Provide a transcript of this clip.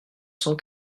cent